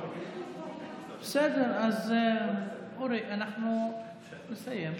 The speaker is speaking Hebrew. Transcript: בסדר, אורי, אנחנו נסיים.